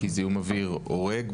כי זיהום אוויר הורג.